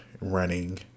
running